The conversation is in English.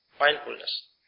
Mindfulness